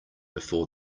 before